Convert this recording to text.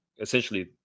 essentially